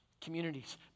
communities